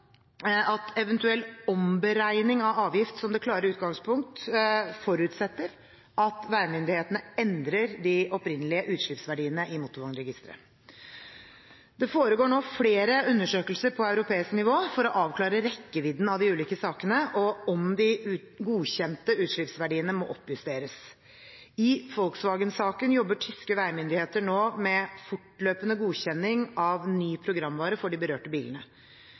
at eventuell omberegning av avgift som et klart utgangspunkt forutsetter at veimyndighetene endrer de opprinnelige utslippsverdiene i motorvognregisteret. Det foregår nå flere undersøkelser på europeisk nivå for å avklare rekkevidden av de ulike sakene og om de godkjente utslippsverdiene må oppjusteres. I Volkswagen-saken jobber tyske veimyndigheter nå med fortløpende godkjenning av ny programvare for de berørte bilene.